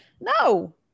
No